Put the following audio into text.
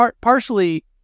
partially